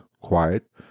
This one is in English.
quiet